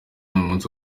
umunsi